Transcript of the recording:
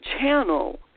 channel